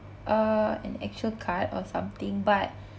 uh an actual card or something but